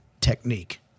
technique